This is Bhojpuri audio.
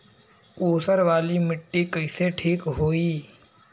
ऊसर वाली मिट्टी कईसे ठीक होई?